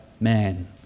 man